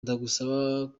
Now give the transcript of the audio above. ndagusaba